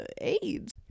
AIDS